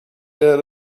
out